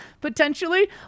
potentially